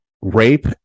rape